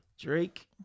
Drake